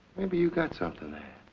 maybe you got something there.